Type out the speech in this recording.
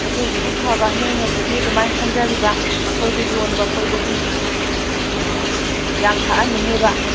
ꯑꯗꯨꯕꯨꯗꯤ ꯐꯕ ꯅꯣꯏꯅꯕꯨꯗꯤ ꯑꯗꯨꯃꯥꯏꯅ ꯈꯟꯖꯔꯤꯕ ꯑꯩꯈꯣꯏꯗ ꯌꯣꯟꯕ ꯑꯩꯈꯣꯏꯗꯗꯤ ꯌꯥꯝ ꯊꯛꯍꯟꯅꯤꯡꯉꯤꯕ